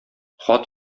хат